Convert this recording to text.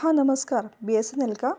हां नमस्कार B S N L का